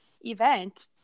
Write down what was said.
event